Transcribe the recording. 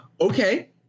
okay